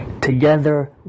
Together